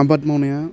आबाद मावनाया